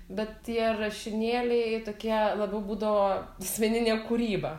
bet tie rašinėliai tokie labiau būdavo asmeninė kūryba